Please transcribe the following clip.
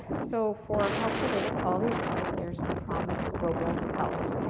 so for health related quality of life, there's the promis global health.